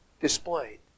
displayed